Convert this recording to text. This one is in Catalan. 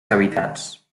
cavitats